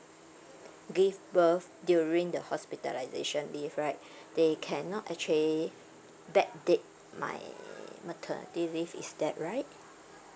give birth during the hospitalisation leave right they cannot actually backdate my maternity leave is that right